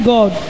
God